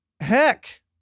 heck